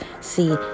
See